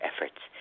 efforts